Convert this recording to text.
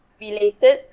related